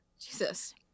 Jesus